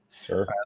Sure